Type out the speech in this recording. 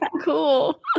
Cool